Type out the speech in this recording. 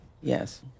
Yes